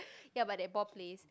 ya but that ball place